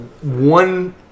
one